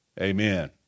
Amen